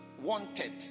wanted